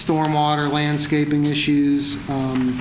storm water landscaping issues